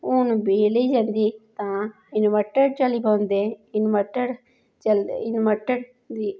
हून बिजली जंदी तां इनवर्टर चली पौंदे इनवर्टर चलदे इनवर्टर दी